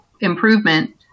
improvement